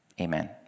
amen